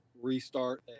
restart